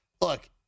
look